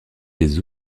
des